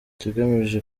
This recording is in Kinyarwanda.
ikigamijwe